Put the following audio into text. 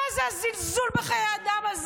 מה זה הזלזול הזה בחיי אדם?